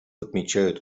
отмечают